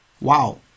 Wow